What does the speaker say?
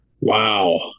wow